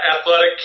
Athletic